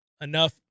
enough